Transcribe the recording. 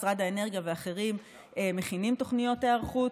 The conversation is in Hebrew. משרד האנרגיה ואחרים, מכינות תוכניות היערכות,